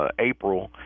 April